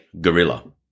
Gorilla